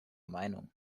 meinung